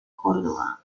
córdoba